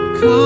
Come